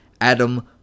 Adam